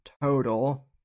total